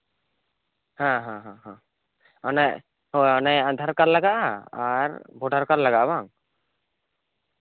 ᱦᱮᱸ ᱦᱮᱸ ᱢᱟᱱᱮ ᱟᱫᱷᱟᱨ ᱠᱟᱨᱰ ᱞᱟᱜᱟᱜᱼᱟ ᱟᱨ ᱵᱷᱳᱴᱟᱨ ᱠᱟᱨᱰ ᱞᱟᱜᱟᱜᱼᱟ ᱵᱟᱝ